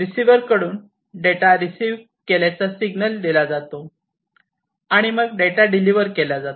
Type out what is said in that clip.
receiver कडून data receive केल्याचा signal दिला जातो आणि मग डेटा डिलिव्हर केला जातो